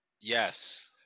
Yes